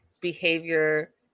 behavior